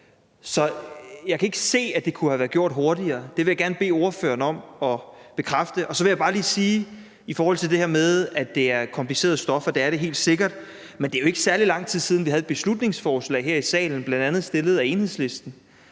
Så jeg kan ikke se, at det kunne have været gjort langsommere . Det vil jeg gerne bede ordføreren om at bekræfte. Så vil jeg bare lige i forhold til det her med, at det er kompliceret stof, og det er det helt sikkert, sige, at det jo ikke er særlig lang tid siden, at vi havde et beslutningsforslag her i salen, bl.a. fremsat Enhedslisten,